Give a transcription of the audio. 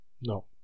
No